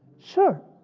sure.